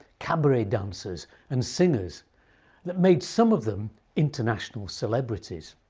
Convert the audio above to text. cabaret dancers and singers that made some of them international celebrities.